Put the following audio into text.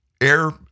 air